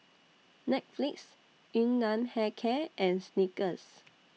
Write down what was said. Netflix Yun Nam Hair Care and Snickers